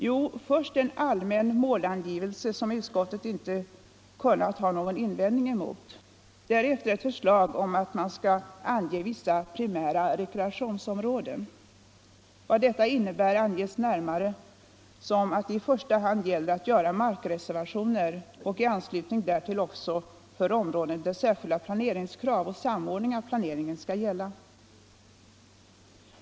Jo, först en allmän målangivelse som utskottet inte kunnat ha någon invändning emot, därefter ett förslag om att man skall ange vissa primära rekreationsområden. Vad detta innebär anges närmare så att det i första hand gäller att göra markreservationer — också för områden där särskilda planeringskrav och samordning av planeringen skall gälla.